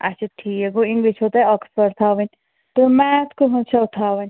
آچھا ٹھیٖک گوٚو اِنگلِش چھو تۄہہِ آکٕسفٲرڈ تھاوٕنۍ تہٕ میتھ کٔہٕنٛز چھو تھاوٕنۍ